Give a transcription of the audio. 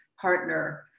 partner